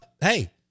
hey